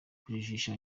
kujijisha